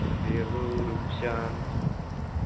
रेगु रुकशान